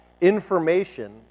information